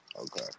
Okay